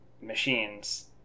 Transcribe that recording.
machines